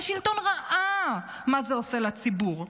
והשלטון ראה מה זה עושה לציבור,